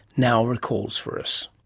now recalls for us.